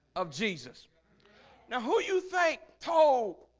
of jesus now who you think told